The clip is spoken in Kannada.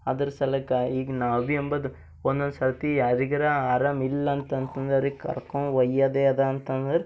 ಅದರ ಸಲಕ್ಕೆ ಈಗ ನಾವು ಭೀ ಅಂಬುದು ಒಂದೊಂದು ಸರ್ತಿ ಯಾರಿಗಾರು ಆರಾಮಿಲ್ಲ ಅಂತಂತಂದ್ರೆ ಅವರ್ಗೆ ಕರ್ಕಂಡು ಒಯ್ಯದೆ ಅದ ಅಂತಂದ್ರೆ